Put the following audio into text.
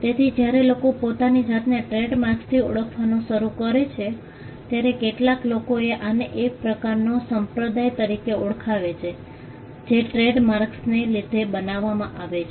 તેથી જ્યારે લોકો પોતાની જાતને ટ્રેડમાર્ક્સથી ઓળખવાનું શરૂ કરે છે ત્યારે કેટલાક લોકોએ આને એક પ્રકારનો સંપ્રદાય તરીકે ઓળખાવે છે જે ટ્રેડમાર્ક્સને લીધે બનાવવામાં આવે છે